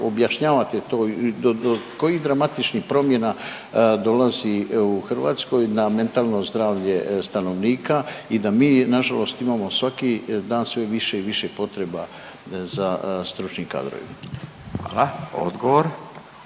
objašnjavate to i do kojih dramatičnih promjena dolazi u Hrvatskoj na mentalno zdravlje stanovnika i da mi nažalost imamo svaki dan sve više i više potreba za stručnim kadrovima? **Radin,